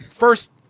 First